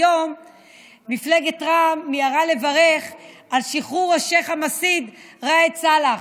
היום מפלגת רע"מ מיהרה לברך על שחרור השייח' המסית ראאד סלאח.